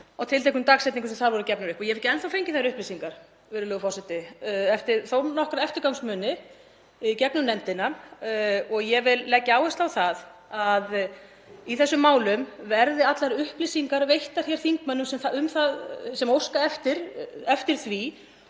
á tilteknum dagsetningum sem þar voru gefnar upp. Ég hef ekki enn þá fengið þær upplýsingar, virðulegur forseti, eftir þó nokkra eftirgangsmuni í gegnum nefndina. Ég vil leggja áherslu á að í þessum málum verði allar upplýsingar veittar þingmönnum sem óska eftir því.